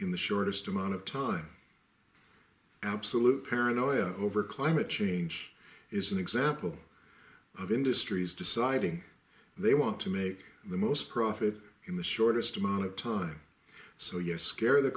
in the shortest amount of time absolute paranoia over climate change is an example of industries deciding they want to make the most profit in the shortest amount of time so yes scare the